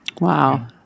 Wow